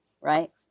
right